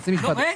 תודה.